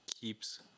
keeps